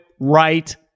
Right